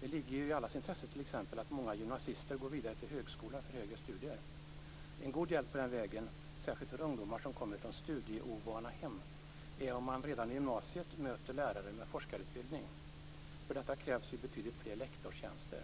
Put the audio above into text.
Det ligger i allas intresse att många gymnasister går vidare till högskola, till högre studier. En god hjälp på den vägen, särskilt för de ungdomar som kommer från studieovana hem, är om man redan i gymnasiet möter lärare med forskarutbildning. För detta krävs betydligt fler lektorstjänster.